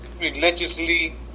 Religiously